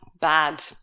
bad